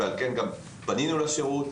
ועל כן פנינו לשירות.